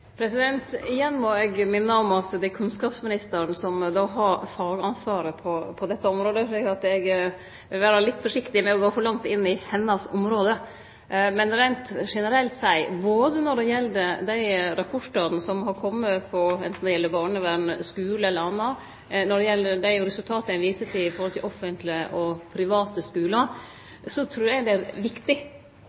Igjen må eg minne om at det er kunnskapsministeren som har fagansvaret på dette området, slik at eg vil vere litt forsiktig med å gå for langt inn i hennar område. Men eg vil reint generelt seie: Når det gjeld dei rapportane som har kome – anten det gjeld barnevern, skule eller anna – og dei resultata ein viser til i forhold til offentlege og private skular, trur eg det er viktig